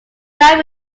that